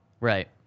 Right